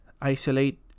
isolate